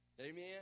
Amen